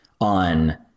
on